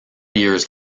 years